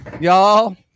y'all